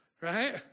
right